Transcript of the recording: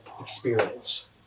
experience